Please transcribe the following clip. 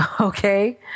okay